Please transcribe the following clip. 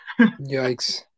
Yikes